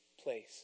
place